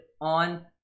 on